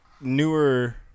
newer